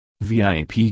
VIP